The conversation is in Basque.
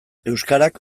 euskarak